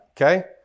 Okay